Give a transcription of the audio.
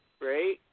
right